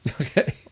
Okay